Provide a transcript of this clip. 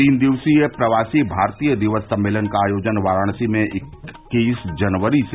तीन दिवसीय प्रवासी भारतीय दिवस सम्मेलन का आयोजन वाराणसी में इक्कीस जनवरी से